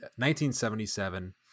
1977